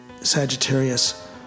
Sagittarius